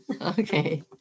okay